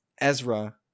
Ezra